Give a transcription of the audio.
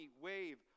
wave